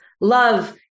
love